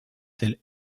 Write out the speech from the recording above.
tel